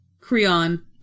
Creon